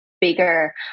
bigger